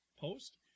post